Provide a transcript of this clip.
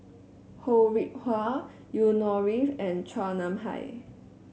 Ho Rih Hwa Yusnor Ef and Chua Nam Hai